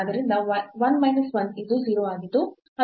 ಆದ್ದರಿಂದ 1 ಮೈನಸ್ 1 ಇದು 0 ಆಗಿದ್ದು ಅದು ಮಿತಿ 0 ಆಗಿದೆ